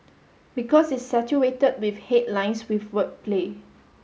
because it's saturated with headlines with wordplay